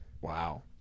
Wow